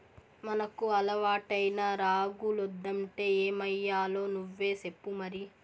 మనకు అలవాటైన రాగులొద్దంటే ఏమయ్యాలో నువ్వే సెప్పు మరి